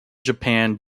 japan